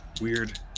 weird